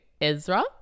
Ezra